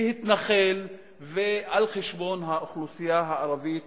להתנחל על חשבון האוכלוסייה הערבית